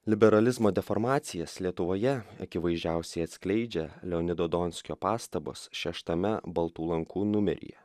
liberalizmo deformacijas lietuvoje akivaizdžiausiai atskleidžia leonido donskio pastabos šeštame baltų lankų numeryje